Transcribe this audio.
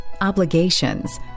obligations